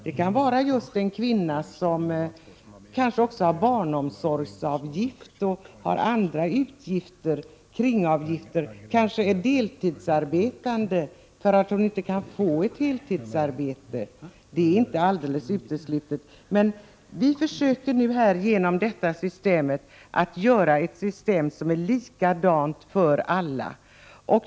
Det kan vara just en kvinna, som kanske också har barnomsorgsavgift och andra kringavgifter. Det är inte uteslutet att hon är deltidsarbetande för att hon inte kan få ett heltidsarbete. Vi försöker nu skapa ett system som är likadant för alla.